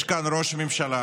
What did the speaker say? יש כאן ראש ממשלה